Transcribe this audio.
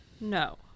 No